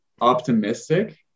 optimistic